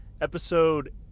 episode